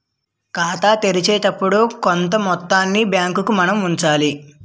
ఖాతా తెరిచేటప్పుడు కొంత మొత్తాన్ని బ్యాంకుకు మనం ఉంచాలి